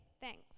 thanks